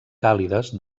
càlides